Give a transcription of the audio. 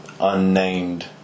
unnamed